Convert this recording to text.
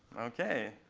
ok.